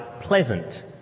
pleasant